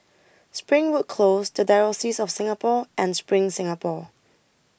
Springwood Close The Diocese of Singapore and SPRING Singapore